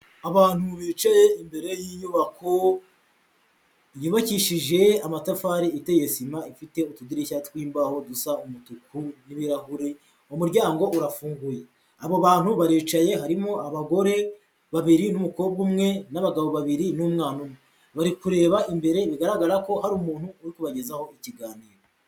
Abantu bicaye imbere y'inyubako, yubakishije amatafari, iteye sima, ifite utudirishya tw'imbaho dusa umutuku, n'ibirahure, umuryango urafunguye, abo bantu baricaye harimo abagore babiri n'umukobwa umwe n'abagabo babiri n'umwana umwe, bari kureba imbere bigaragara ko hari umuntu uri kubagezaho ikiganiro.